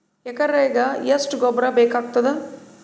ಎಕರೆಗ ಎಷ್ಟು ಗೊಬ್ಬರ ಬೇಕಾಗತಾದ?